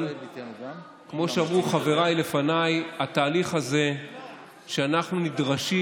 כמו שאמרו חבריי לפניי: התהליך הזה שאנחנו נדרשים